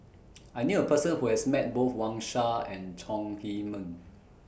I knew A Person Who has Met Both Wang Sha and Chong Heman